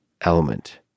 Element